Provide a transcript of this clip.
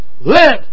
let